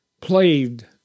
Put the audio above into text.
Played